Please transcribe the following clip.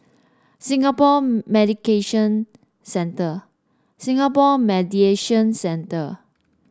Singapore Medication Centre Singapore Mediation Centre